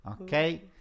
Okay